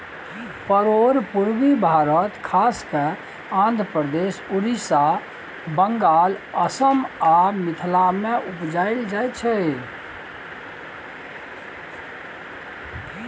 परोर पुर्वी भारत खास कय आंध्रप्रदेश, उड़ीसा, बंगाल, असम आ मिथिला मे उपजाएल जाइ छै